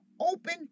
Open